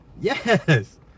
Yes